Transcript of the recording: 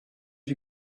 you